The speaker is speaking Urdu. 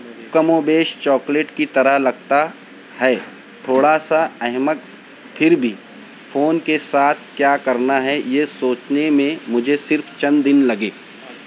کم و بیش چاکلیٹ کی طرح لگتا ہے تھوڑا سا احمق پھر بھی فون کے ساتھ کیا کرنا ہے یہ سوچنے میں مجھے صرف چند دن لگے